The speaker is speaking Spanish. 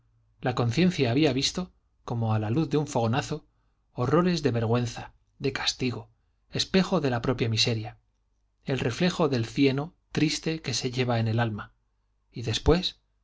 la conciencia había visto como a la luz de un fogonazo horrores de vergüenza de castigo el espejo de la propia miseria el reflejo del cieno triste que se lleva en el alma y después